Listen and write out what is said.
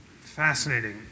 Fascinating